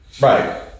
Right